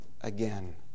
again